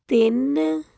ਤਿੰਨ